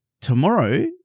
Tomorrow